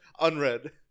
Unread